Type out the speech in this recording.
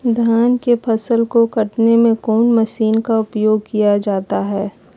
धान के फसल को कटने में कौन माशिन का उपयोग किया जाता है?